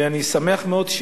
ואני שמח מאוד,